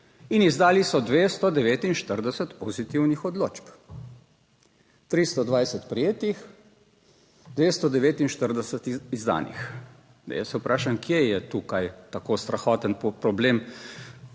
in izdali so 249 pozitivnih odločb. 320 prijetih, 249 izdanih. Jaz se vprašam, kje je tukaj tako strahoten problem,